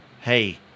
hey